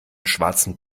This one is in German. schwarzen